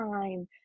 time